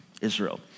Israel